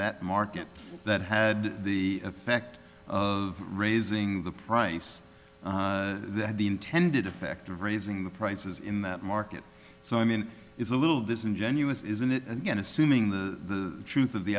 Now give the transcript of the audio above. that market that had the effect of raising the price that the intended effect of raising the prices in that market so i mean it's a little disingenuous isn't it again assuming the truth of the